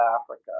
Africa